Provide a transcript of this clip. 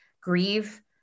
grieve